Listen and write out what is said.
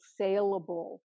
saleable